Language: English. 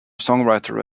songwriter